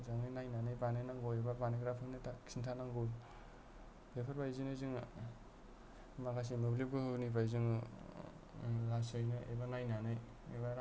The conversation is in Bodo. मोजाङै नायनानै बानायनांगौ एबा बानायग्राफोरनो खिन्थानांगौ बेफोरबायदिनो जोङो माखासे मोब्लिब गोहोनिफ्राय जोङो लासैनो एबा नायनानै